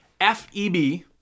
F-E-B